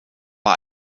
bei